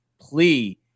plea